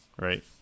Right